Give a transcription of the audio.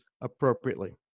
appropriately